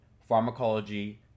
Pharmacology